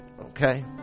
Okay